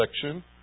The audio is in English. section